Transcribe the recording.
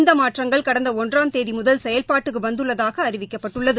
இந்த மாற்றங்கள் கடந்த ஒன்றாம் தேதி முதல் செயல்பாட்டுக்கு வந்துள்ளதாக அறிவிக்கப்பட்டுள்ளது